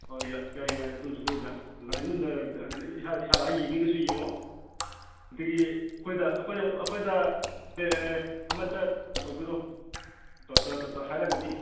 ꯑꯣ ꯌꯥꯏ ꯌꯥꯏ ꯑꯗꯨꯁꯨ ꯅꯣꯏꯅ ꯏꯁꯥ ꯂꯥꯛꯑ ꯌꯦꯡꯒꯦꯒꯁꯨ ꯌꯦꯡꯉꯣ ꯑꯗꯒꯤ ꯑꯩꯈꯣꯏꯗ ꯑꯃꯠꯇ ꯄꯨꯊꯣꯛꯄꯤꯔꯛꯑꯣ ꯍꯥꯏꯔꯛꯑꯒꯗꯤ